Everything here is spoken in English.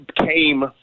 came